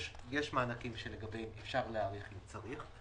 יש מענקים שלגביהם אפשר להאריך אם צריך,